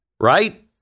right